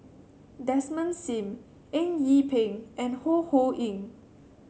Desmond Sim Eng Yee Peng and Ho Ho Ying